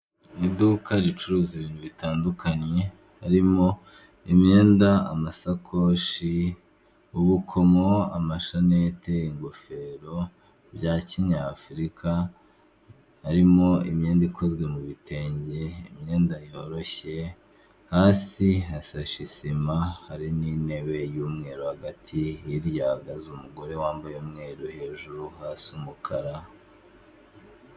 Iduka ricuruza ibintu bitandukanye, harimo imyenda amasakoshi ubukomo amashanete ingofero bya kinyafurika, harimo imyenda ikozwe mu bitenge imyenda yoroshye, hasi hashashe sima hari n'intebe y'umweru, hagati hirya hahagaze umugore wambaye umweru hejuru hasi umukara.